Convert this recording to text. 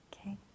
Okay